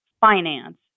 finance